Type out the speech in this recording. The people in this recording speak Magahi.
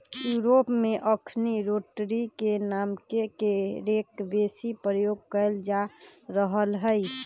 यूरोप में अखनि रोटरी रे नामके हे रेक बेशी प्रयोग कएल जा रहल हइ